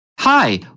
Hi